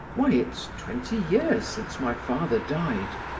why, it's twenty years since my father died.